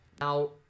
Now